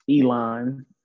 Elon